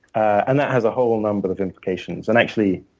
and that has a whole number of implications. and actually,